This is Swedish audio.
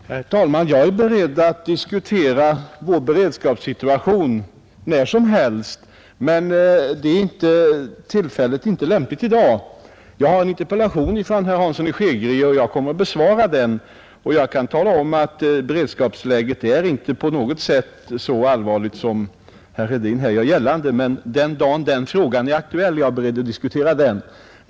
Herr talman! Jag är beredd att diskutera vår beredskapssituation praktiskt taget när som helst, men i dag är tillfället inte det lämpliga. Jag har fått en interpellation om saken av herr Hansson i Skegrie, som jag kommer att besvara. Jag kan emellertid redan nu tala om att beredskapsläget inte på något sätt är så allvarligt som herr Hedin gör gällande. Den dag då den frågan är aktuell är jag beredd att diskutera den.